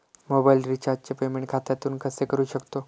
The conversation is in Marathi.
मोबाइल रिचार्जचे पेमेंट खात्यातून कसे करू शकतो?